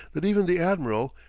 that even the admiral,